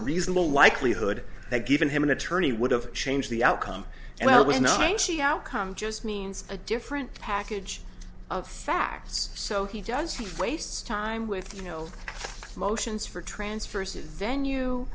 reasonable likelihood that given him an attorney would have changed the outcome well we're not saying she outcome just means a different package of facts so he does he wastes time with you know motions for transfer says venue